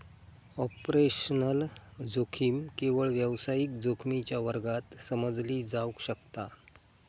operational जोखीम केवळ व्यावसायिक जोखमीच्या वर्गात समजली जावक शकता